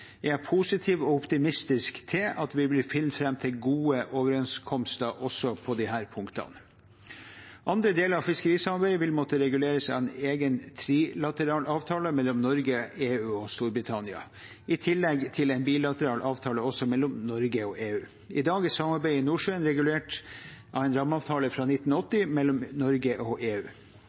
er jeg positiv og optimistisk til at vi vil finne fram til gode overenskomster også på disse punktene. Andre deler av fiskerisamarbeidet vil måtte reguleres av en egen trilateral avtale mellom Norge, EU og Storbritannia, i tillegg til en bilateral avtale også mellom Norge og EU. I dag er samarbeidet i Nordsjøen regulert av en rammeavtale fra 1980 mellom Norge og EU.